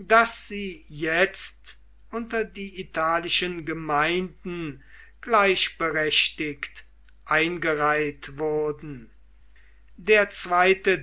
daß sie jetzt unter die italischen gemeinden gleichberechtigt eingereiht wurden der